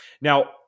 Now